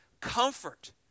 comfort